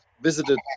visited